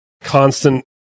constant